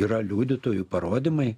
yra liudytojų parodymai